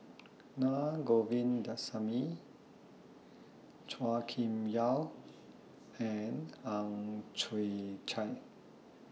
Na Govindasamy Chua Kim Yeow and Ang Chwee Chai